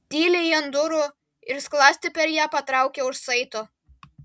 tyliai ant durų ir skląstį per ją patraukė už saito